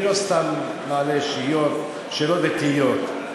אני לא סתם מעלה שאלות ותהיות.